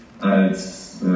als